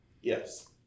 Yes